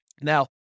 Now